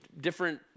different